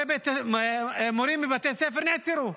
מורים מבתי ספר נעצרו.